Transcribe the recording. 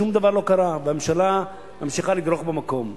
שום דבר לא קרה, והממשלה ממשיכה לדרוך במקום.